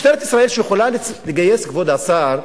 משטרת ישראל, שיכולה לגייס, כבוד השר,